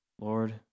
Lord